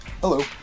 Hello